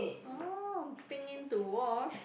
ah bring in to wash